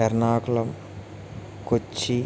Ernakulam Kochi